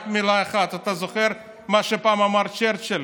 רק מילה אחת: אתה זוכר מה שפעם אמר צ'רצ'יל?